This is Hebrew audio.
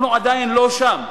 אנחנו עדיין לא שם,